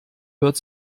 hört